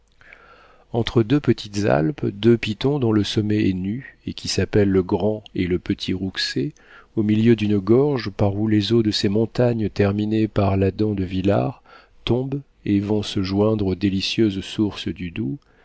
entre deux petites alpes deux pitons dont le sommet est nu et qui s'appellent le grand et le petit rouxey au milieu d'une gorge par où les eaux de ces montagnes terminées par la dent de vilard tombent et vont se joindre aux délicieuses sources du doubs